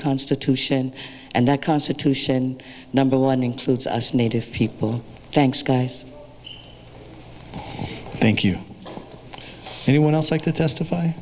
constitution and the constitution number one includes us native people thanks guys thank you any one else like to testify